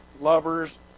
lovers